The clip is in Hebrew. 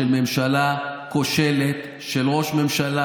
של ממשלה כושלת: של ראש ממשלה,